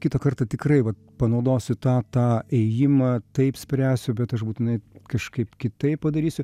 kitą kartą tikrai panaudosiu tą tą ėjimą taip spręsiu bet aš būtinai kažkaip kitaip padarysiu